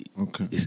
Okay